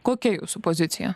kokia jūsų pozicija